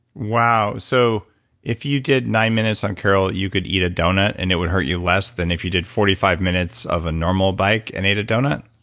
wow. so if you did nine minutes on car o l, you could eat a donut and it would hurt you less than if you did forty five minutes of a normal bike and ate a donut?